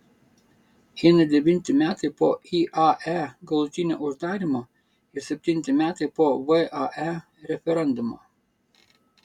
eina devinti metai po iae galutinio uždarymo ir septinti metai po vae referendumo